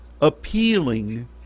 appealing